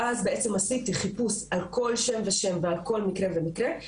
ואז עשיתי חיפוש על כל שם ושם ועל כל מקרה ומקרה,